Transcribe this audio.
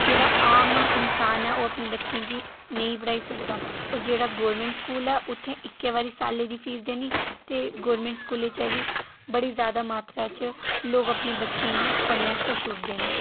जेह्ड़ा आम इन्सान ऐ ओह् अपने बच्चें गी नेईं पढ़ाई सकदा और जेह्ड़ा गौरमैंट स्कूल ऐ उत्थै इक्कै बारी सालै दी फीस देनी ते गौरमैंट स्कूलै च बी बड़ी जैदा मात्रा च लोक अपने बच्चें गी पढ़ने आस्तै छुड़दे न